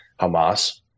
Hamas